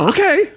Okay